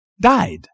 died